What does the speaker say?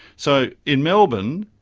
so, in melbourne,